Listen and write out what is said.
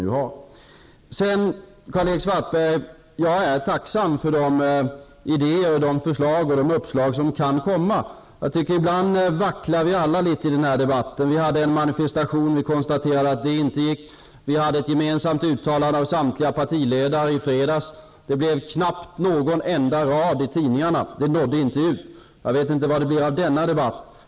Jag är tacksam, Karl-Erik Svartberg, för de idéer, förslag och uppslag som kan komma. Ibland vacklar vi alla litet i den här debatten. Vi hade en manifestation och konstaterade att det inte gick. Det gjordes i fredags ett gemensamt uttalande av samtliga partiledare. Det blev knappt någon rad i tidningarna. Det nådde inte ut. Jag vet inte vad det blir av den här debatten.